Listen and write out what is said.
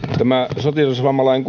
tämä sotilasvammalain